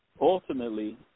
ultimately